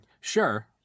Sure